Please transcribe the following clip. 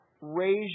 raise